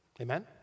Amen